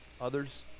others